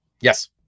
Yes